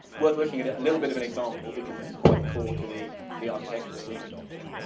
worth looking at at a little bit of an example, because this is quite core to the the architecture that we've adopted.